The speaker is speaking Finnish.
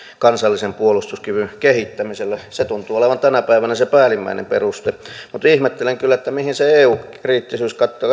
kansallisen puolustuskyvyn kehittämisellä se tuntuu olevan tänä päivänä se päällimmäinen peruste mutta ihmettelen kyllä mihin se eu kriittisyys